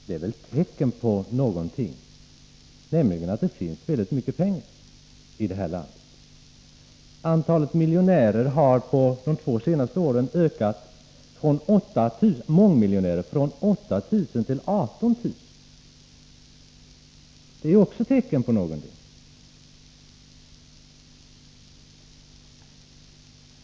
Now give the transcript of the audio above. Det är väl tecken på någonting, nämligen att det finns väldigt mycket pengar i det här landet. Antalet mångmiljonärer har under de två senaste åren ökat från 8 000 till 18 000. Det är ju också tecken på någonting.